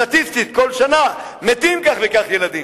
סטטיסטית כל שנה מתים כך וכך ילדים,